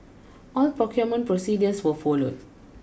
all procurement procedures were followed